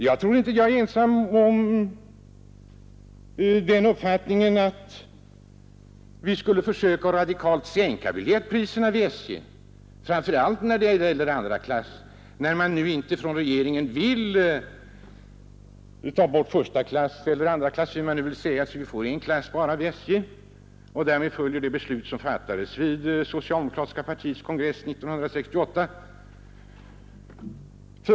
Jag tror inte att jag är ensam om uppfattningen att SJ borde försöka att radikalt sänka biljettpriserna — framför allt när det gäller andra klass — eftersom regeringen inte vill ta bort första klass så att vi får bara en klass och därmed följer det beslut, som fattades vid det socialdemokratiska partiets kongress 1968.